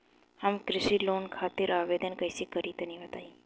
हम कृषि लोन खातिर आवेदन कइसे करि तनि बताई?